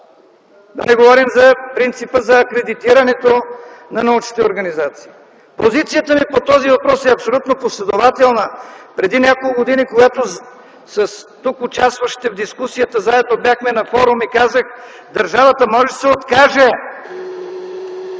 Да не говорим за принципа за акредитирането на научните организации. Позицията ми по този въпрос е абсолютно последователна. Преди няколко години, когато с тук участващите в дискусията заедно бяхме на форум, казах: държавата може да се откаже